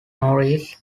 life